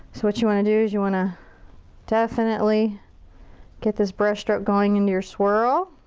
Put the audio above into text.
so what you want to do, is you want to definitely get this brush stroke going into your swirl.